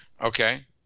okay